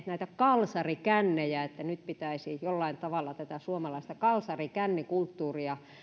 näitä kalsarikännejä sitä että nyt pitäisi jollain tavalla tätä suomalaista kalsarikännikulttuuria